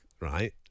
right